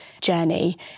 journey